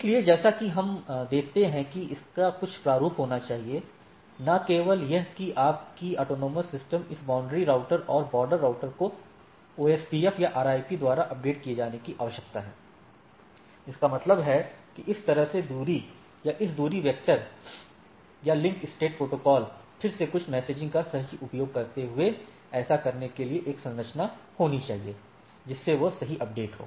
इसलिए जैसा कि हम देखते हैं कि इसका कुछ प्रारूप होना चाहिए न केवल यह कि आपकी स्वायत्त प्रणाली इस बाउंड्री राउटर और बॉर्डर राउटर को ओएसपीएफ या आरआईपी द्वारा अपडेट किए जाने की आवश्यकता है इसका मतलब है कि इस तरह से दूरी या इस दूरी वेक्टर या लिंक स्टेट प्रोटोकॉल फिर से कुछ मैसेजिंग का सही उपयोग करते हुए ऐसा करने के लिए एक संरचना होनी चाहिए जिससे वह सही अपडेट हो